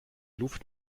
luft